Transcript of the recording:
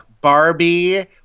barbie